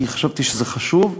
כי חשבתי שזה חשוב,